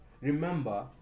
remember